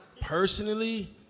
personally